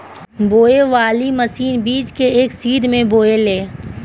बोवे वाली मशीन बीज के एक सीध में बोवेले